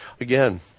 Again